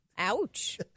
Ouch